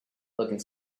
looking